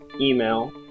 email